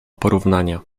porównania